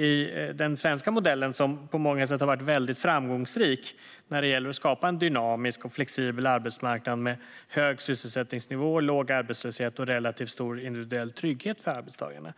I den svenska modellen, som på många sätt har varit väldigt framgångsrik när det gäller att skapa en dynamisk och flexibel arbetsmarknad med hög sysselsättningsnivå, låg arbetslöshet och relativt stor individuell trygghet för arbetstagarna,